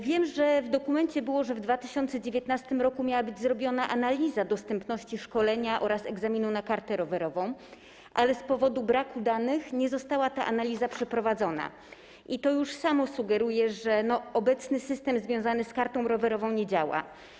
Wiem, że w dokumencie było napisane, że w 2019 r. miała być zrobiona analiza dostępności szkolenia oraz egzaminu na kartę rowerową, ale z powodu braku danych ta analiza nie została przeprowadzona i już samo to sugeruje, że obecny system związany z kartą rowerową nie działa.